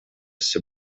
все